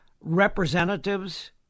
representatives